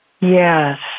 Yes